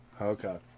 Okay